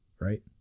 right